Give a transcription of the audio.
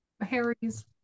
harry's